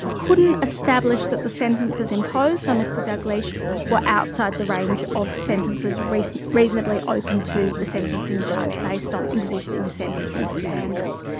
couldn't establish that the sentences imposed on mr dalgliesh were outside the range of sentences reasonably open to the sentencing judge based on existing sentencing standards.